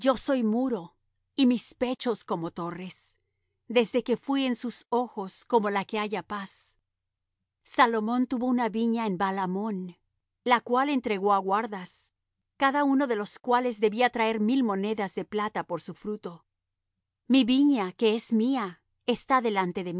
yo soy muro y mis pechos como torres desde que fuí en sus ojos como la que halla paz salomón tuvo una viña en baal hamón la cual entregó á guardas cada uno de los cuales debía traer mil monedas de plata por su fruto mi viña que es mía está delante de